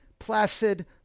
Placid